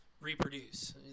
reproduce